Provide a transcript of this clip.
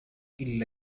إلا